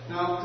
Now